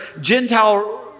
Gentile